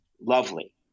lovely